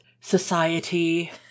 society